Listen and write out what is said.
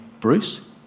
Bruce